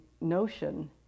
notion